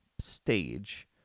stage